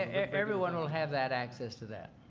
ah everyone will have that access to that.